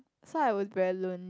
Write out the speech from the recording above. so I was very lonely